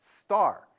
star